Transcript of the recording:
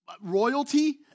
Royalty